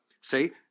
see